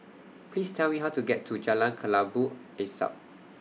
Please Tell Me How to get to Jalan Kelabu Asap